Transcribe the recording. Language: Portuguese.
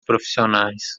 profissionais